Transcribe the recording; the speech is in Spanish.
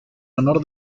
honor